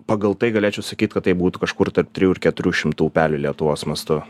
pagal tai galėčiau sakyt kad tai būtų kažkur tarp trijų ir keturių šimtų upelių lietuvos mastu